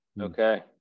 Okay